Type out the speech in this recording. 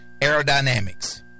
aerodynamics